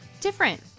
different